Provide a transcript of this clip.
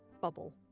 bubble